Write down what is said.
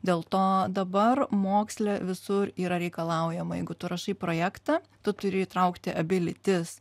dėl to dabar moksle visur yra reikalaujama jeigu tu rašai projektą tu turi įtraukti abi lytis